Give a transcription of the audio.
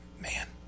Man